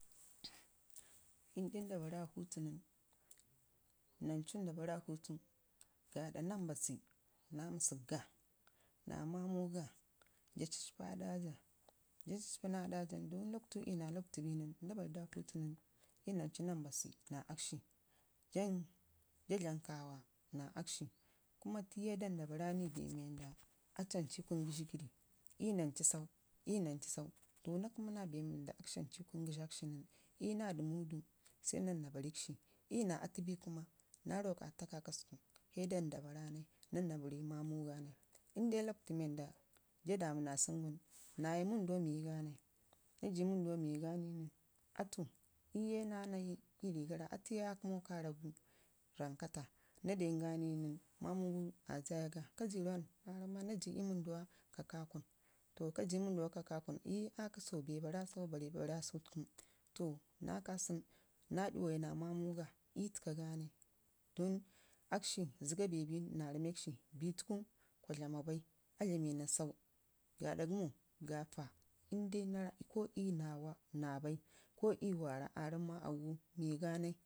Inde nda barra hutu nən nancu nda barra hutu gaada nan mbassi naa məsəkga naa mamu ga jaa caccpii aɗajaa, jaa caccpii naa aɗaja nən dək lockwtu iyu naa lockwtu binən hyu nancu nan inbassi naa akshi kuma tiye da ɓarra bee wanda aci ancu ii kunu gəshigəri iyu nancu sau, iyu nancu sau. To naa kəma naa bee wanda akshi ancu ii kumu gəshakshi nən iya naa ɗəmudu sai nan naa barrikshi, iyu naa atu bi nən kuma naa rokata kakaska sai dar da barra nai nan naa barri ii mamu ganai inde lockwtu wanda da gamuna sunu nən naya ii wənduwa miganai, naaji ii wənduwa miga nən, atu iyu ye naa nayi ii siigara atu ye aa kəmu naa karrack gu rankata, naa dongani nən mamugu aa saya ga kaji rawan naa rammauma naaji ii wənduwa kaka kun to kaji ii wənduwa kaka kun iye aiiki bee barra sutu, ɓee ɓarra sutuku to naa kaju nu fo naa iyuwai naa nlamuga ii təka ganai don akshi zəga bee bin naa ramekshi bitu ku kura dlama bai aa dlamina sau gaaɗa gəmu gaaɗa gaa fa dagai ko iyu naa bai kolyu warra aa rammau ma auwo miganai